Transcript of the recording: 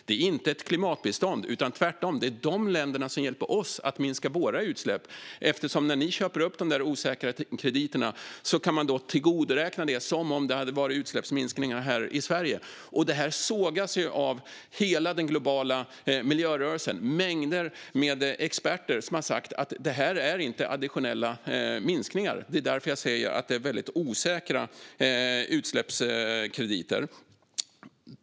Det är inte ett klimatbistånd, tvärtom. Det är dessa länder som hjälper oss att minska våra utsläpp eftersom vi när vi köper upp dessa osäkra krediter kan tillgodoräkna oss det som om det hade varit utsläppsminskningar här i Sverige. Detta sågas av hela den globala miljörörelsen. Mängder med experter säger att detta inte är additionella minskningar, och det är därför jag säger att det är osäkra utsläppskrediter.